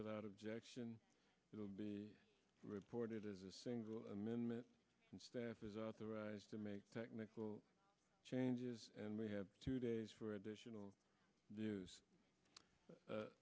without objection it will be reported as a single amendment and staff is authorized to make technical changes and we have two days for additional news